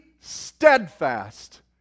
steadfast